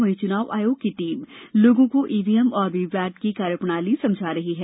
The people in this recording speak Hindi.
वहीं चुनाव आयोग की टीम लोगों को ईवीएम और वीवीपैड की कार्यप्रणाली समझा रही है